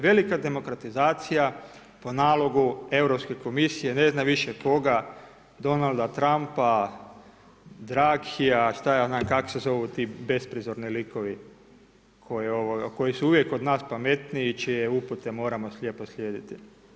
Velika demokratizacija po nalogu Europske komisije i ne znam više koga, Donalda Trumpa, … šta ja znam kako se zovu ti besprizorni likovi koji su uvijek od nas pametniji i čije upute moramo slijepo slijediti.